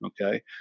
okay